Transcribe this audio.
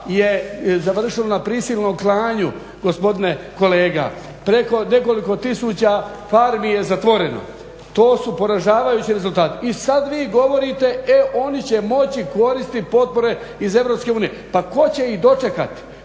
je završilo na prisilnom klanju gospodine kolega. Preko nekoliko tisuća farmi je zatvoreno. To su poražavajući rezultati. I sad vi govorite e oni će moći koristiti potpore iz EU. Pa tko će ih dočekat?